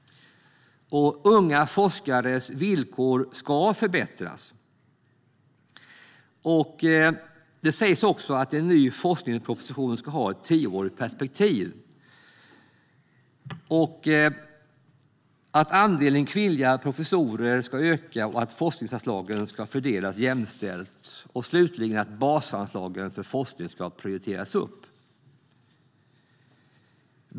Unga forskares villkor ska förbättras. Det sägs också att en ny forskningsproposition ska ha ett tioårigt perspektiv, att andelen kvinnliga professorer ska öka och att forskningsanslagen ska fördelas jämställt samt att basanslagen för forskning ska prioriteras upp.